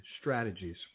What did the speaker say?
strategies